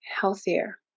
healthier